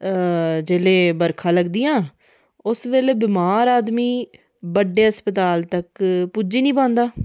हां जेल्लै बरखा लगदी ना उस बेल्लै वमार आदमी बडे़ अस्पताल बिच पुज्जी नेईं पांदा